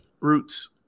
Roots